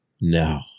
no